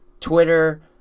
Twitter